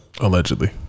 allegedly